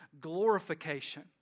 glorification